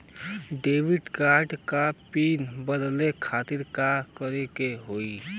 Debit card क PIN बदले खातिर का करेके होई?